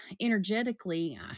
energetically